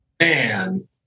man